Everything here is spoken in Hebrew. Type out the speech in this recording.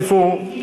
איפה הוא?